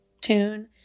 tune